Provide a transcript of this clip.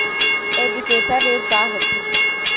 Education ऋण का होथे?